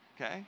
Okay